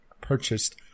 purchased